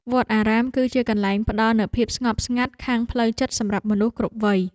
វត្តអារាមគឺជាកន្លែងផ្តល់នូវភាពស្ងប់ស្ងាត់ខាងផ្លូវចិត្តសម្រាប់មនុស្សគ្រប់វ័យ។